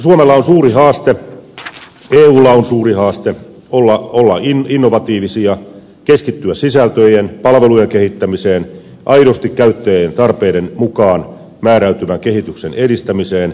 suomella on suuri haaste eulla on suuri haaste olla innovatiivisia keskittyä sisältöjen palvelujen kehittämiseen aidosti käyttäjien tarpeiden mukaan määräytyvän kehityksen edistämiseen